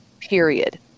period